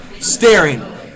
staring